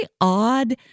odd